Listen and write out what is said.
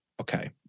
Okay